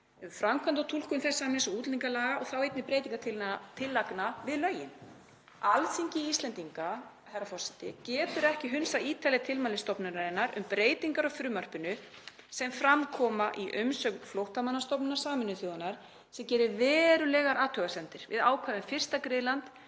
framkvæmd og túlkun þess samnings og útlendingalaga og þá einnig breytingartillagna við lögin. Alþingi Íslendinga, herra forseti, getur ekki hunsað ítarleg tilmæli stofnunarinnar um breytingar á frumvarpinu sem fram koma í umsögn Flóttamannastofnunar Sameinuðu þjóðanna, sem gerir verulegar athugasemdir við ákvæði um fyrsta griðland,